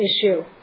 issue